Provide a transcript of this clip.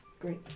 Great